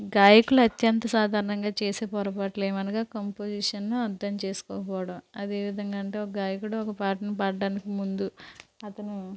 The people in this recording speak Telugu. గాయకుల అత్యంత సాధారణంగా చేసే పొరపాట్లు ఏమనగా కంపొజిషన్ను అర్థం చేసుకోకపోవడం అదేవిధంగా అంటే ఒక గాయకుడు ఒక పాటను పాడడానికి ముందు అతను